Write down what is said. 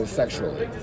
sexually